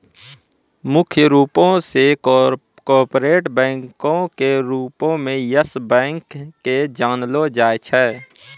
मुख्य रूपो से कार्पोरेट बैंको के रूपो मे यस बैंक के जानलो जाय छै